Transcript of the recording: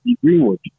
Greenwood